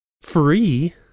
Free